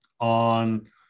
On